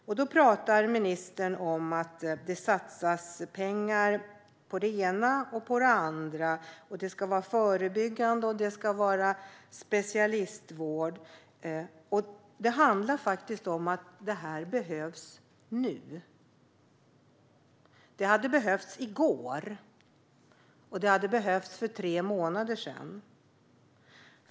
Ministern pratar om att det satsas pengar på det ena och det andra, förebyggande arbete och specialistvård. Men det handlar om nu. Pengarna hade behövts i går, och de hade behövts för tre månader sedan.